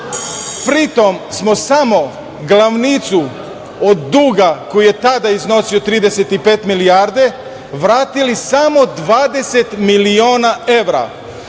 pritom smo samo glavnicu od duga koji je tada iznosio 35 milijardi evra vratili samo 20 miliona evra. Ako